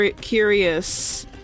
curious